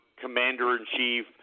commander-in-chief